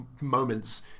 moments